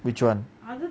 which one